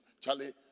Charlie